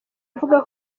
avuga